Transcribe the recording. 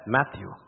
Matthew